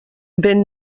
vent